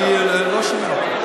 אני לא שומע.